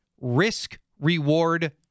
risk-reward